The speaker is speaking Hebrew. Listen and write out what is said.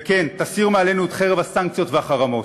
וכן, תסיר מעלינו את חרב הסנקציות והחרמות.